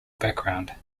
background